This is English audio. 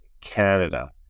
Canada